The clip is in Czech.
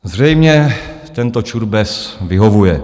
Zřejmě tento čurbes vyhovuje.